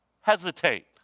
hesitate